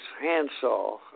handsaw